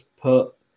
put